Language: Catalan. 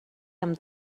amb